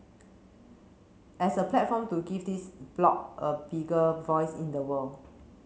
as a platform to give this bloc a bigger voice in the world